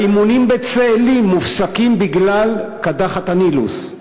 האימונים בצאלים מופסקים בגלל קדחת הנילוס.